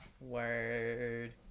Word